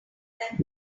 that